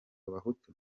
abahutu